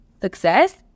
success